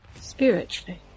Spiritually